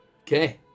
Okay